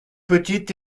petites